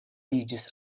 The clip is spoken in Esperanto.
iĝis